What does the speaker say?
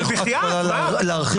את יכולה להרחיב קצת בנקודה הזאת?